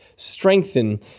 strengthen